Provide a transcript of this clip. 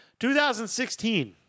2016